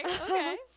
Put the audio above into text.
okay